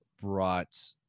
brought